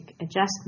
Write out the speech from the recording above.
adjustment